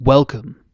Welcome